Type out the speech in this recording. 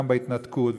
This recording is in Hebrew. גם בהתנתקות,